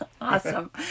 Awesome